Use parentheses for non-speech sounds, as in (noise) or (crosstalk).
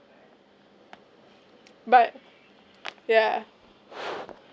(noise) but yeah (noise)